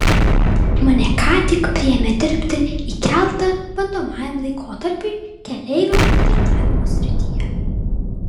mane ką tik priėmė dirbti į keltą bandomajam laikotarpiui keleivių aptarnavimo srityje